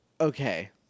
okay